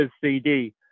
CD